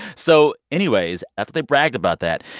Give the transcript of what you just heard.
so anyways, after they bragged about that,